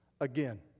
again